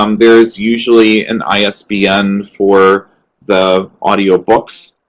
um there's usually an isbn for the audiobooks.